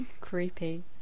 Creepy